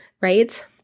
right